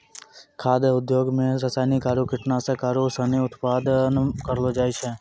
खाद्य उद्योग मे रासायनिक आरु कीटनाशक आरू सनी उत्पादन करलो जाय छै